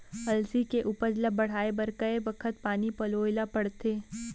अलसी के उपज ला बढ़ए बर कय बखत पानी पलोय ल पड़थे?